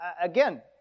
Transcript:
again